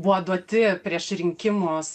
buvo duoti prieš rinkimus